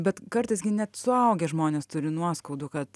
bet kartais gi net suaugę žmonės turi nuoskaudų kad